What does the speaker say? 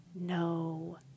no